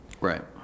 Right